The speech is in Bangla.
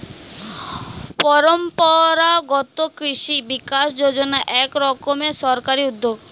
পরম্পরাগত কৃষি বিকাশ যোজনা এক রকমের সরকারি উদ্যোগ